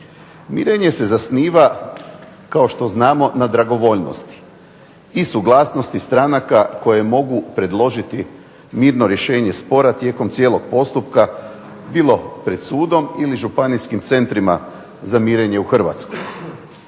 Mirenje se zasniva kao što znamo na dragovoljnosti i suglasnosti stranaka koje mogu predložiti mirno rješenje spora tijekom cijelog postupka bilo pred sudom ili županijskim centrima za mirenje u Hrvatskoj.